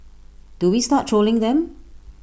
do we start trolling them